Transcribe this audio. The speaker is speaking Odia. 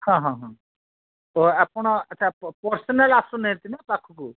ହଁ ହଁ ତ ଆପଣ ଆଚ୍ଛା ପର୍ସନାଲ୍ ଆସୁ ନାହାନ୍ତି ନା ପାଖକୁ